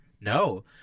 No